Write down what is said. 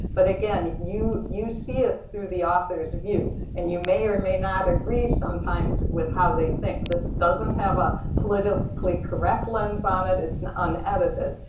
but again, you you see it through the author's view. and you may or may not agree sometimes with how they think, this doesn't have a politically correct lens on it. it's an unedited,